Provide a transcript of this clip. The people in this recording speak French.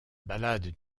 balade